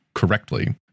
Correctly